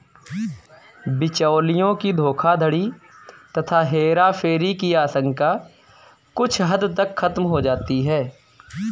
बिचौलियों की धोखाधड़ी तथा हेराफेरी की आशंका कुछ हद तक खत्म हो जाती है